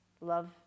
love